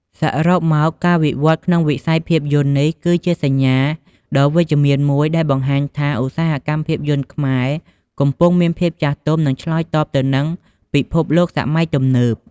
សរុបមក ការវិវត្តន៍ក្នុងវិស័យភាពយន្ដនេះគឺជាសញ្ញាណដ៏វិជ្ជមានមួយដែលបង្ហាញថា ឧស្សាហកម្មភាពយន្តខ្មែរកំពុងមានភាពចាស់ទុំ និងឆ្លើយតបទៅនឹងពិភពលោកសម័យទំនើប។